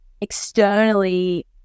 externally